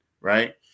right